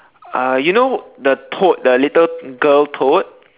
uh you know the toad the little girl toad